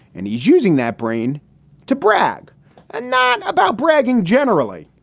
and he's using that brain to brag and not about bragging generally.